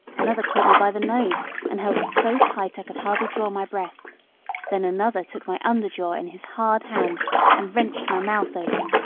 another caught me by the nose and held it so tight i could hardly draw my breath then another took my under jaw in his hard hand and wrenched my mouth open,